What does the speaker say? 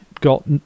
got